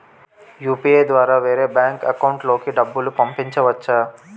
UPI ద్వారా వేరే bank account లోకి డబ్బులు పంపించవచ్చా?